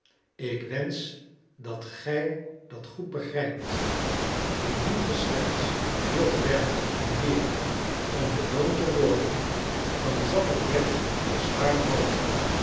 ik wensch dat gij dat goed begrijpt indien ge slechts wilt werken en leeren om beloond te worden dan zal het werk je zwaar vallen